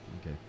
Okay